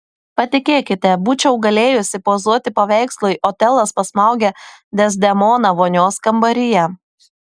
patikėkite būčiau galėjusi pozuoti paveikslui otelas pasmaugia dezdemoną vonios kambaryje